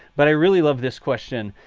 but i really love this question.